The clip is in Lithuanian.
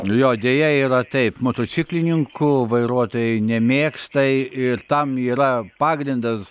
jo deja yra taip motociklininkų vairuotojai nemėgsta ir tam yra pagrindas